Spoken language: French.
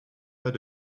pas